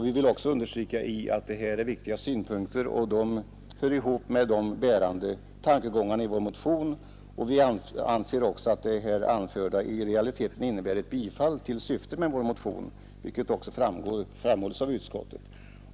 Vi vill understryka att detta är viktiga synpunkter, som hänger samman med de bärande tankegångarna i vår motion. Vi anser också att det nu anförda i realiteten innebär ett tillstyrkande av syftet med vår motion, vilket även framhålles av utskottet.